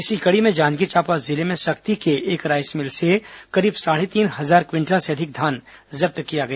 इसी कड़ी में जांजगीर चांपा जिले में सक्ती के एक राईस मिल से करीब साढ़े तीन हजार क्विटल से अधिक धान जब्त किया गया